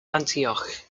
antioch